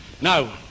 No